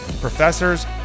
professors